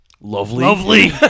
Lovely